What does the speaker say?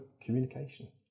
communication